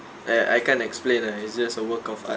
I I can't explain lah it's just a work of art